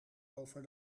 over